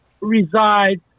resides